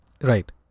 right